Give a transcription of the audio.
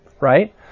right